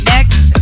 Next